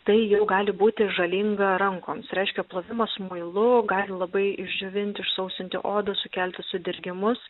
tai jau gali būti žalinga rankoms reiškia plovimas muilu gali labai išdžiovinti išsausinti odą sukelti sudirgimus